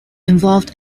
involved